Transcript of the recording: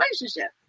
relationship